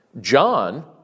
John